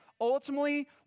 ultimately